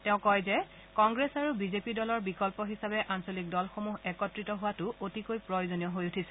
তেওঁ কয় যে কংগ্ৰেছ আৰু বিজেপি দলৰ বিকল্প হিচাপে আঞ্চলিক দলসমূহ একত্ৰিত হোৱাটো অতিকৈ প্ৰয়োজনীয় হৈ উঠিছে